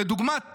לדוגמה,